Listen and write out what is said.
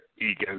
ego